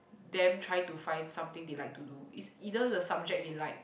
them trying to find something they like to do it's either the subject they like